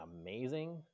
amazing